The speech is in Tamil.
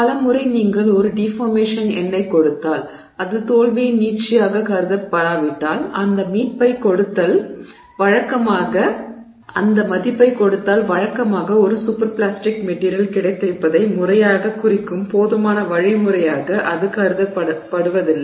பல முறை நீங்கள் ஒரு டிஃபார்மேஷன் எண்ணைக் கொடுத்தால் அது தோல்வியின் நீட்சியாகக் கருதப்படாவிட்டால் அந்த மதிப்பைக் கொடுத்தால் வழக்கமாக ஒரு சூப்பர் பிளாஸ்டிக் மெட்டிரியல் கிடைத்திருப்பதை முறையாகக் குறிக்கும் போதுமான வழிமுறையாக அது கருதப்படுவதில்லை